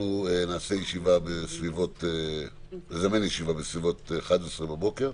אנחנו נזמן ישיבה בסביבות 11:00 בבוקר.